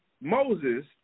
Moses